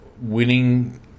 winning